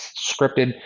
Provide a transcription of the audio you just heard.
scripted